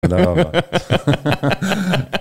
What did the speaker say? לא, לא, לא.